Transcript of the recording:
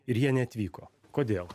ir jie neatvyko kodėl